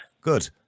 good